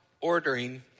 ordering